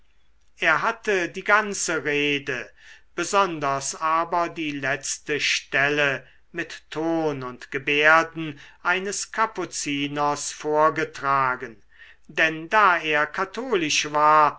er hatte die ganze rede besonders aber die letzte stelle mit ton und gebärden eines kapuziners vorgetragen denn da er katholisch war